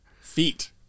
Feet